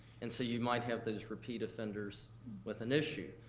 and so you might have those repeat offenders with an issue.